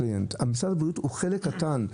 משרד הבריאות הוא חלק קטן.